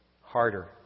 harder